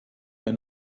mir